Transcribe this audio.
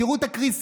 תראו את הקריסה,